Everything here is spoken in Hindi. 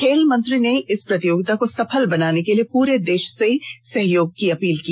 खेल मंत्री ने इस प्रतियोगिता को सफल बनाने के लिए पूरे देश से सहयोग की अपील की